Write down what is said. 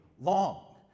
long